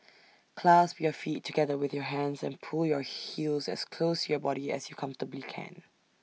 clasp your feet together with your hands and pull your heels as close to your body as you comfortably can